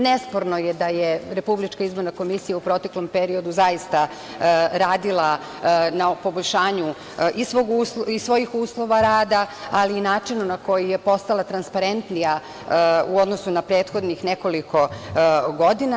Nesporno je da je Republička izborna komisija u proteklom periodu zaista radila na poboljšanju i svojih uslova rada, ali i načina na koji je postala transparentnija u odnosu na prethodnih godina.